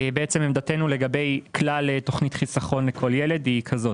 כרגע עמדתנו לגבי כלל תוכנית חיסכון לכל ילד היא כזו: